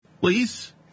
Please